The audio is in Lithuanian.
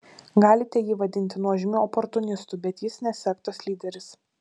galite jį vadinti nuožmiu oportunistu bet jis ne sektos lyderis